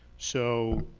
so